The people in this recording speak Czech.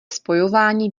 spojování